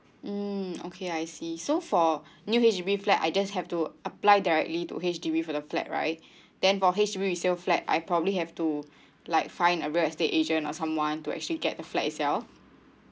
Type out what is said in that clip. mm okay I see so for new H_D_B flat I just have to apply directly to H_D_B for the flat right then for H_D_B resale flat I probably have to like find a real estate agent or someone to actually get the flat itself